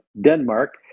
Denmark